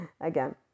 again